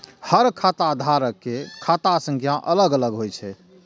हर खाता धारक के खाता संख्या अलग अलग होइ छै